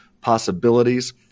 possibilities